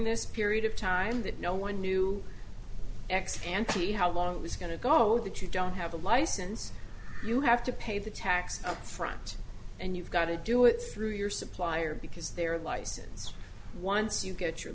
this period of time that no one knew ex ante how long it was going to go that you don't have a license you have to pay the tax up front and you've got to do it through your supplier because their license once you get your